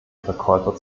verkäufer